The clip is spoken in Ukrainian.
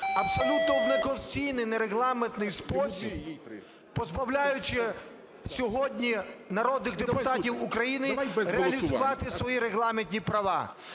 абсолютно неконституційний, нерегламентний спосіб, позбавляючи сьогодні народних депутатів України реалізувати свої регламентні права?